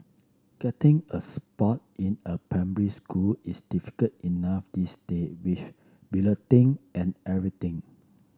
getting a spot in a primary school is difficult enough these day with balloting and everything